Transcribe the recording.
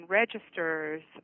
registers